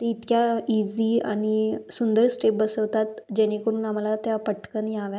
ते इतक्या ईझी आणि सुंदर स्टेप बसवतात जेणेकरून आम्हाला त्या पटकन याव्यात